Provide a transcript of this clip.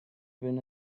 been